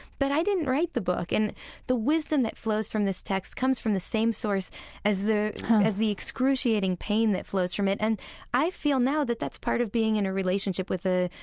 but i didn't write the book and the wisdom that flows from this text comes from the same source as the as the excruciating pain that flows from it. and i feel now that that's part of being in a relationship with the,